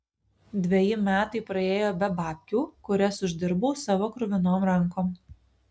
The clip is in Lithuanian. dveji metai praėjo be babkių kurias uždirbau savo kruvinom rankom